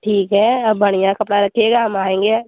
ठीक है आप बढ़िया कपड़ा रखिएगा हम आएँगे